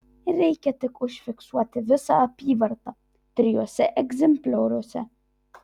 reikia tik užfiksuoti visą apyvartą trijuose egzemplioriuose